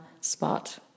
spot